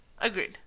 agreed